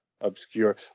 obscure